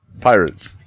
Pirates